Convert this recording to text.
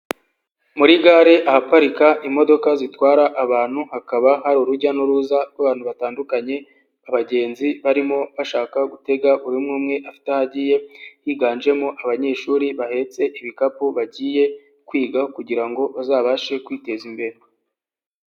Muri gare ahaparika imodoka zitwara abantu hakaba hari urujya n'uruza rw'abantu batandukanye, abagenzi barimo bashaka gutega buri umwe umwe afite aho agiye, higanjemo abanyeshuri bahetse ibikapu bagiye kwiga kugira ngo bazabashe kwiteza imbere.